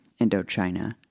Indochina